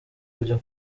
kujya